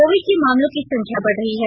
Covid के मामलों की संख्या बढ़ रही है